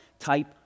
type